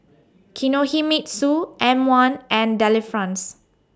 Kinohimitsu M one and Delifrance